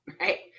right